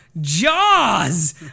Jaws